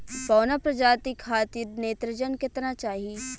बौना प्रजाति खातिर नेत्रजन केतना चाही?